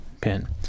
pin